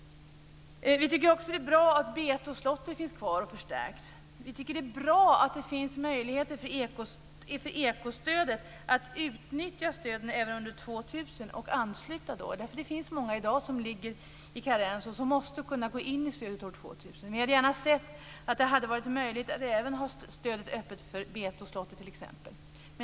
Vi tycker också att det är bra att åtgärderna för bete och slåtter finns kvar och förstärks. Vi tycker att det är bra att det finns möjligheter att utnyttja stöden även under år 2000 och att ansluta sig då. Det finns många som ligger i karens i dag. De måste kunna gå in i stödet år 2000. Vi hade gärna sett att det hade varit möjligt att även ha stödet öppet för bete och slåtter t.ex.